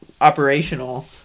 operational